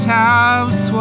house